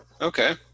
Okay